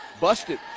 busted